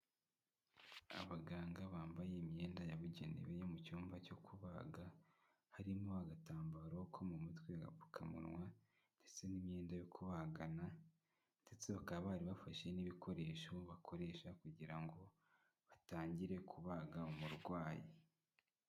Abaganga bambaye imyenda yabugenewe yo mu cyumba cyo kubaga, harimo agatambaro ko mu mutwe, agapfukamunwa ndetse n'imyenda yo kubagana ndetse bakaba bari bafashe n'ibikoresho bakoresha kugira ngo batangire kubaga umurwayi.